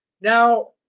now